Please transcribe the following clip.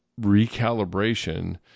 recalibration